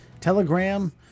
Telegram